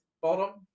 bottom